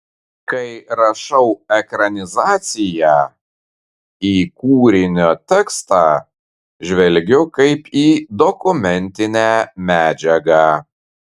kai rašau ekranizaciją į kūrinio tekstą žvelgiu kaip į dokumentinę medžiagą